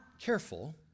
careful